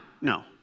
no